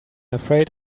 afraid